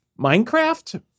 Minecraft